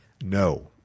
No